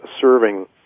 serving